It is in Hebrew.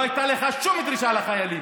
לא הייתה לך שום דרישה לחיילים.